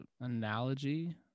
analogy